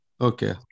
Okay